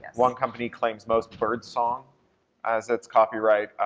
one company claims most bird song as its copyright.